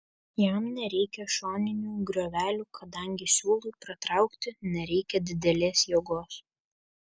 jam nereikia šoninių griovelių kadangi siūlui pratraukti nereikia didelės jėgos